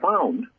found